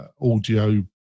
audio